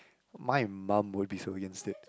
my mum will be so against it